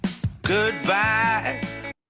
Goodbye